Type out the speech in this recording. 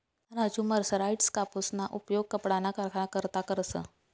Raju mercerized कापूसना उपयोग कपडाना कारखाना करता करस